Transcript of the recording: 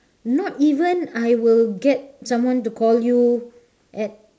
not even I will get someone to call you at